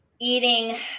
Eating